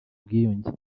bwiyunge